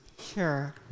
Sure